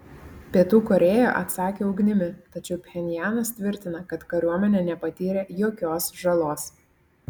pietų korėja atsakė ugnimi tačiau pchenjanas tvirtina kad kariuomenė nepatyrė jokios žalos